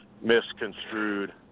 misconstrued